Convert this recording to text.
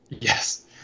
Yes